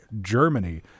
Germany